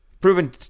proven